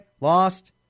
Lost